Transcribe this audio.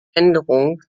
änderung